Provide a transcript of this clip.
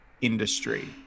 industry